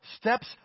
steps